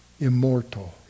immortal